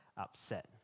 upset